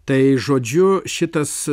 tai žodžiu šitas